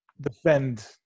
defend